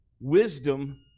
wisdom